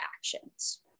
actions